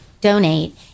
donate